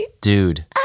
Dude